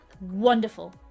wonderful